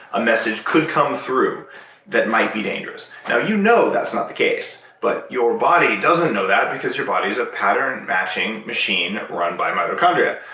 a message could come through that might be dangerous now you know that's not the case, but your body doesn't know that because your body is a pattern matching machine run by mitochondria.